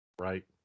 Right